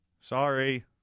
Sorry